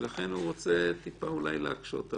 ולכן הוא רוצה טיפה להקשות.